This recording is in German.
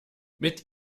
mit